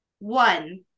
One